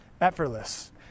Effortless